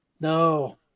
No